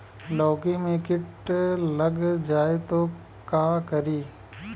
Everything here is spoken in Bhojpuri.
लौकी मे किट लग जाए तो का करी?